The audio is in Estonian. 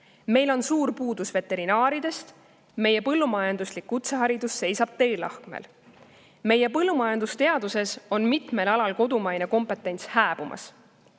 Meil on suur puudus veterinaaridest, meie põllumajanduslik kutseharidus seisab teelahkmel. Põllumajandusteaduses on kodumaine kompetents mitmel